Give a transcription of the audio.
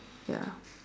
ya